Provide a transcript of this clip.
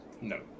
No